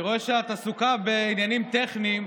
אני רואה שאת עסוקה בעניינים טכניים.